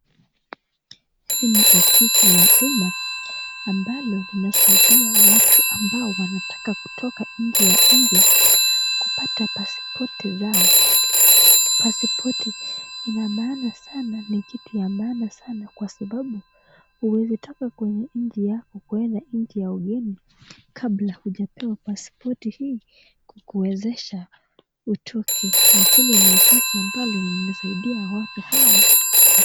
Hili ni ofisi la umma ambalo linasaidia watu ambao Wanataka kutoka nje ya nchi kupata pasipoti zao . Pasipoti ina maana sana ni kitu ya maana kwa sababu huwezi toka kwenye nchi yako kwenda nchi ya ugeni kabla hujepewa pasipoti hii kuwezesha hutoke na hii ni ofisi ambalo linaisaidia watu hawa...